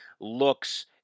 looks